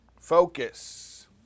focus